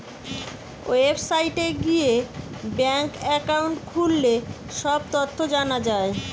ওয়েবসাইটে গিয়ে bank account খুললে সব তথ্য জানা যায়